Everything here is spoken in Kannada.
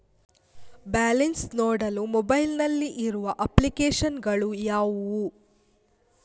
ಬ್ಯಾಲೆನ್ಸ್ ನೋಡಲು ಮೊಬೈಲ್ ನಲ್ಲಿ ಇರುವ ಅಪ್ಲಿಕೇಶನ್ ಗಳು ಯಾವುವು?